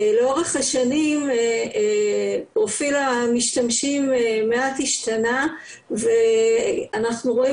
לאורך השנים פרופיל המשתמשים מעט השתנה ואנחנו רואים